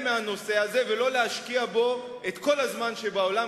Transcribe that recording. מהנושא הזה ולא להשקיע בו את כל הזמן שבעולם,